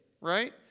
right